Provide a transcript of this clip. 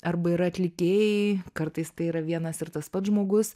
arba yra atlikėjai kartais tai yra vienas ir tas pats žmogus